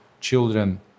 children